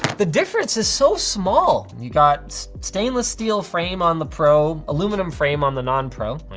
the difference is so small. and you got stainless steel frame on the pro, aluminum frame on the non-pro, like,